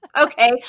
Okay